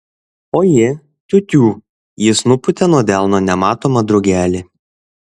o ji tiu tiū jis nupūtė nuo delno nematomą drugelį